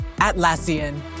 Atlassian